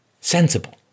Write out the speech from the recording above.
sensible